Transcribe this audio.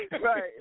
Right